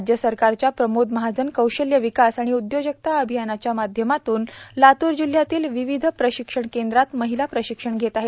राज्य सरकारच्या प्रमोद महाजन कौशल्य विकास आणि उद्योजकता अभियानाच्या माध्यमात्न लातूर जिल्ह्यातील विविध प्रशिक्षण केंद्रात महिलां प्रशिक्षण घेत आहेत